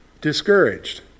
discouraged